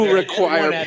require